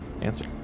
Answer